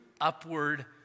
upward